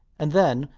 and then,